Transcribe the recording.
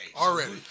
Already